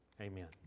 Amen